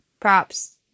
Props